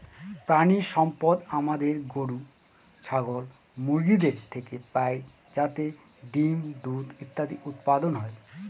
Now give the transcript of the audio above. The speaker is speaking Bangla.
প্রানীসম্পদ আমাদের গরু, ছাগল, মুরগিদের থেকে পাই যাতে ডিম, দুধ ইত্যাদি উৎপাদন হয়